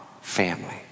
family